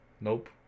Nope